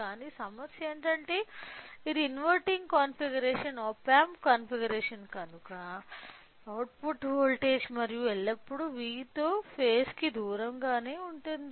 కానీ సమస్య ఏమిటంటే ఇది inverting configuration op amp configuration కనుక అవుట్పుట్ వోల్టేజ్ మరియు ఎల్లప్పుడూ V తో ఫేస్ కు దూరంగా ఉంటుంది